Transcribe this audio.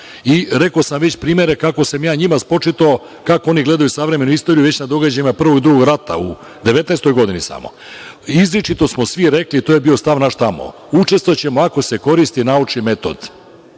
Rekao sam već primere kako sam ja njima spočitao kako oni gledaju savremenu istoriju već na događajima, prvo, drugog rata u 19 godini samo. Izričito smo svi rekli i to je bio nas stav tamo – učestvovaćemo ako se koristi naučni metod,